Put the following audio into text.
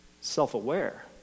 self-aware